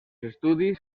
estudis